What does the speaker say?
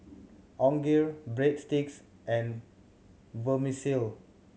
Onigiri Breadsticks and Vermicelli